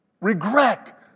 Regret